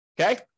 Okay